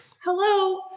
hello